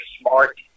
smart